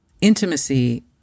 intimacy